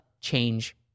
change